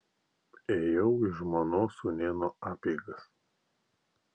ėjau į žmonos sūnėno apeigas